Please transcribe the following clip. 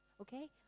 Okay